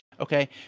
okay